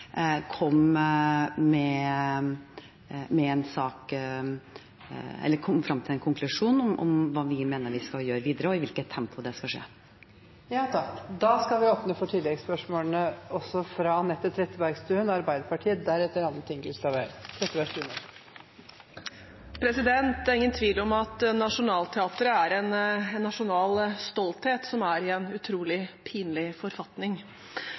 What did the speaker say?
til en konklusjon om hva vi mener vi skal gjøre videre, og i hvilket tempo det skal skje. Anette Trettebergstuen – til oppfølgingsspørsmål. Det er ingen tvil om at Nationaltheatret er en nasjonal stolthet som er i en utrolig pinlig forfatning. Sakene i det siste og historiene om hvor farlig det er å jobbe der for skuespillerne, og hvor farlig det faktisk er